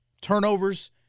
Turnovers